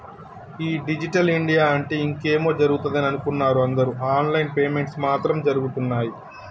ఈ digital India అంటే ఇంకేమో జరుగుతదని అనుకున్నరు అందరు ఆన్ లైన్ పేమెంట్స్ మాత్రం జరగుతున్నయ్యి